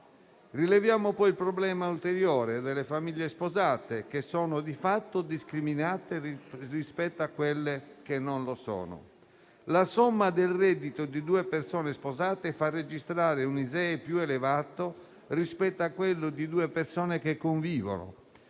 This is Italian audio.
Rileviamo poi il problema ulteriore delle famiglie sposate, che sono di fatto discriminate rispetto a quelle non sposate. La somma del reddito di due persone sposate fa registrare un ISEE più elevato rispetto a quello di due persone che convivono.